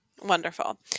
Wonderful